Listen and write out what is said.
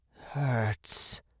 hurts